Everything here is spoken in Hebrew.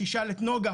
שישאל את נגה,